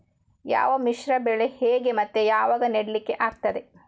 ಯಾವ ಮಿಶ್ರ ಬೆಳೆ ಹೇಗೆ ಮತ್ತೆ ಯಾವಾಗ ನೆಡ್ಲಿಕ್ಕೆ ಆಗ್ತದೆ?